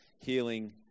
healing